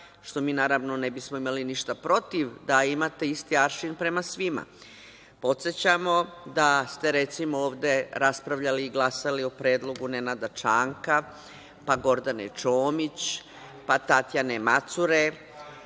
što mi, naravno, ne bismo imali ništa protiv da imate isti aršin prema svima. Podsećamo da ste raspravljali i glasali o predlogu Nenada Čanka, pa Gordane Čomić, pa Tatjane Macure,